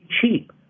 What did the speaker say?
cheap